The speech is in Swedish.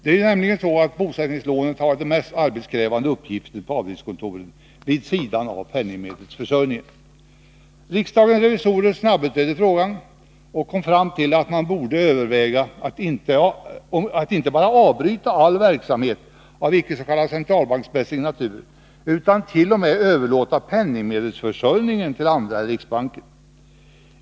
Bosättningslånen hade varit den mest arbetskrävande uppgiften på avdelningskontoren vid sidan av penningmedelförsörjningen. Riksdagens revisorer snabbutredde frågan och kom fram till att man borde överväga att inte bara avbryta all verksamhet av icke s.k. centralbanksmässig natur utan t.o.m. överlåta penningmedelsförsörjningen till andra än riksbanken.